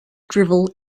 drivel